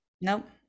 nope